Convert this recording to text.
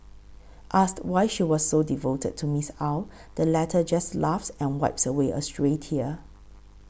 asked why she is so devoted to Ms Ow the latter just laughs and wipes away a stray tear